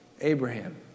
Abraham